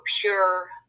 pure